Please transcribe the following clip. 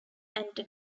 anti